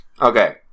Okay